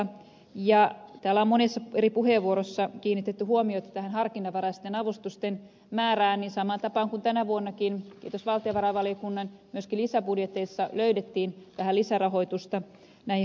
täällä on monessa eri puheenvuorossa kiinnitetty huomiota harkinnanvaraisten avustusten määrään ja samaan tapaan kuin tänä vuonnakin kiitos valtiovarainvaliokunnan myöskin lisäbudjeteissa löydettiin vähän lisärahoitusta näihin harkinnanvaraisiin